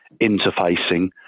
interfacing